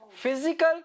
Physical